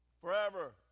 Forever